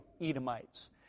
Edomites